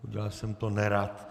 Udělal jsem to nerad.